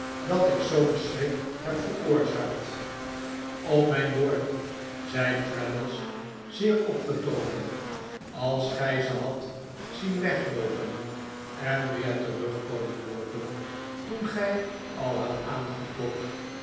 dat ik zoo'n schrik heb veroorzaakt op mijn woord zei traddles zeer opgetogen als gij ze hadt zien wegloopen en weer terug komen loopen toen gij al hadt aangeklopt